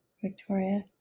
Victoria